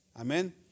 Amen